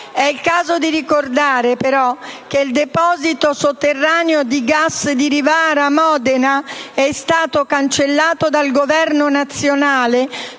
È il caso di ricordare però che il deposito sotterraneo di gas di Rivara, in provincia di Modena, è stato cancellato dal Governo nazionale